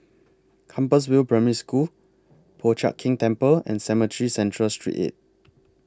Compassvale Primary School Po Chiak Keng Temple and Cemetry Central Street eight